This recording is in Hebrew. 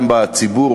גם בציבור,